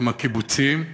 הם הקיבוצים.